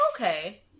Okay